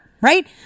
right